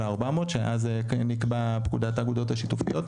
ה-400 שאז נקבע בפקודת האגודות השיתופיות,